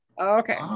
Okay